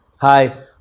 hi